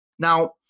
Now